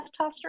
testosterone